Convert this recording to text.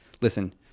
listen